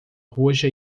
roxa